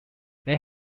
they